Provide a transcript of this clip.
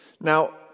Now